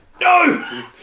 no